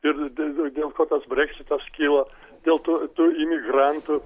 ir dėl dėl ko tas breksitas kilo dėl tų tų imigrantų